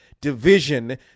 division